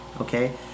okay